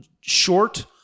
Short